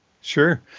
Sure